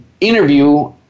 interview